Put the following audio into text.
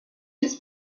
his